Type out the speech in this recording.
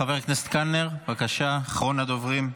חבר הכנסת קלנר, אחרון הדוברים,